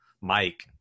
Mike